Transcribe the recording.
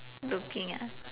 looking ah